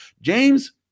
james